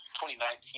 2019